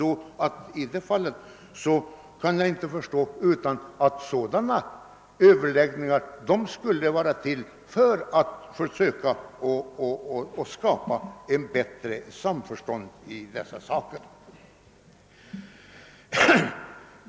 Jag kan för min del inte förstå annat än att sådana överläggningar skulle vara väl motiverade för att försöka skapa ett bättre samförstånd i dessa saker.